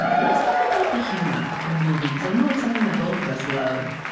and let's talk about the humor in the movie because i know it's something that both of us love.